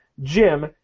Jim